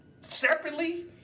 separately